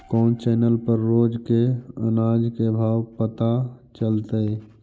कोन चैनल पर रोज के अनाज के भाव पता चलतै?